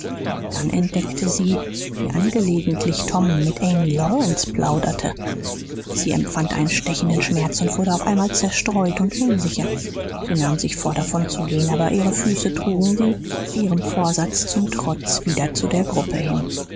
dann entdeckte sie wie angelegentlich tom mit amy lawrence plauderte sie empfand einen stechenden schmerz und wurde auf einmal zerstreut und unsicher sie nahm sich vor davonzugehen aber ihre füße trugen sie ihrem vorsatz zum trotz wieder zu der gruppe hin